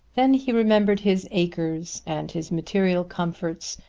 then he remembered his acres, and his material comforts,